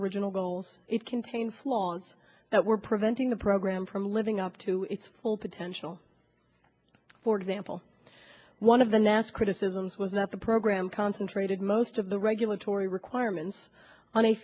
original goals it contained flaws that were preventing the program from living up to its full potential for example one of the nasa criticisms was that the program concentrated most of the regulatory requirements on a